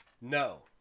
No